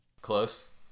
Close